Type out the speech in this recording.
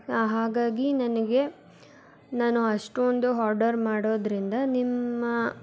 ಹಾಗಾಗಿ ನನಗೆ ನಾನು ಅಷ್ಟೊಂದು ಹೊರ್ಡರ್ ಮಾಡೋದರಿಂದ ನಿಮ್ಮ